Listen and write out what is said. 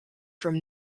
from